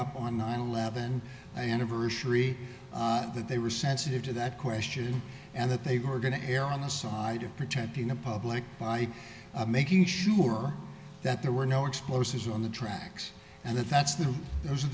up on nine eleven anniversary that they were sensitive to that question and that they were going to err on the side of protecting the public by making sure that there were no explosives on the tracks and that that's the those are